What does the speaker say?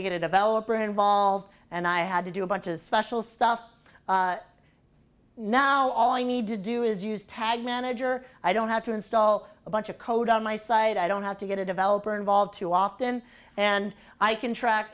to get a developer involved and i had to do a bunch of special stuff now all i need to do is use tag manager i don't have to install a bunch of code on my site i don't have to get a developer involved too often and i can track